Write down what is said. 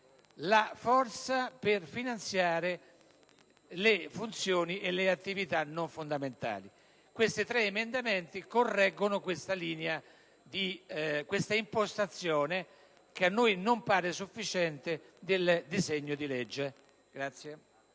la forza per finanziare le funzioni e le attività non fondamentali. Questi tre emendamenti correggono tale impostazione che a noi non pare sufficiente del disegno di legge.